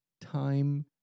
time